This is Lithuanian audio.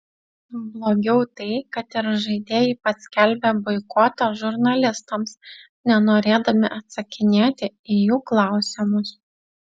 blogiau tai kad ir žaidėjai paskelbė boikotą žurnalistams nenorėdami atsakinėti į jų klausimus